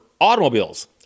automobiles